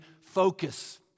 focus